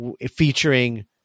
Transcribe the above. featuring